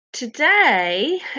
today